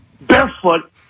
barefoot